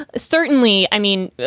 ah certainly. i mean,